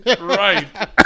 Right